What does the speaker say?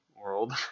world